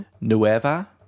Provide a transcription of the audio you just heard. nueva